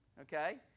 Okay